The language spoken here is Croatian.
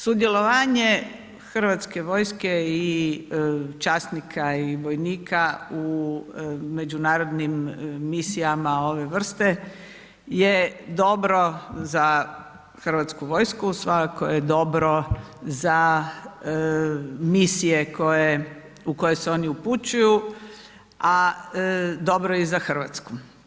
Sudjelovanje Hrvatske vojske i časnika i vojnika u međunarodnim misijama ove vrste je dobro za Hrvatsku vojsku, svakako je dobro za misije u koje se oni upućuju a dobro je i za Hrvatsku.